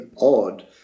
odd